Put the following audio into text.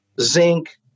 zinc